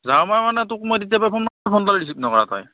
যাৱ মানে তোক মই তেতিয়াৰ পৰা ফোন ক ফোন কিয় ৰিচিভ নকৰা তই